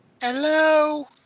Hello